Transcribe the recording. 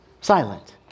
silent